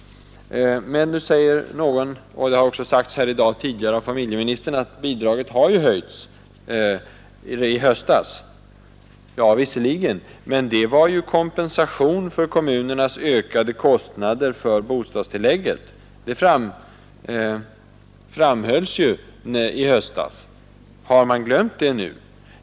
Men nu säger någon, och det har också sagts här i dag tidigare av familjeministern, att bidraget har ju höjts, nämligen i höstas. Ja, det är visserligen riktigt, men det var ju kompensation för kommunernas ökade kostnader för bostadstillägget. Det framhölls ju i höstas. Har man glömt det nu?